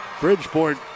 Bridgeport